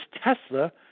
Tesla